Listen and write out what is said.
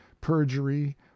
perjury